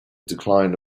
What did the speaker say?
decline